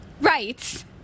Right